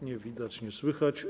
Nie widać, nie słychać.